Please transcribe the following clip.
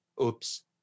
Oops